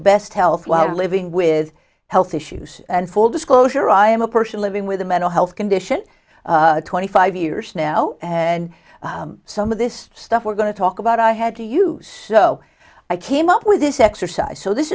best health while living with health issues and full disclosure i am a person living with a mental health condition twenty five years now and some of this stuff we're going to talk about i had to use so i came up with this exercise so this